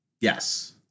Yes